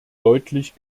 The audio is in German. deutlich